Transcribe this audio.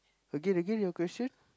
again again your question